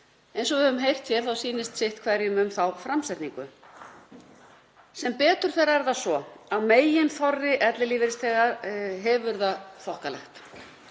Eins og við höfum heyrt hér sýnist sitt hverjum um þá framsetningu. Sem betur fer er það svo að meginþorri ellilífeyrisþega hefur það þokkalegt.